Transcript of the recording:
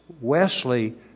Wesley